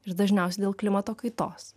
ir dažniausiai dėl klimato kaitos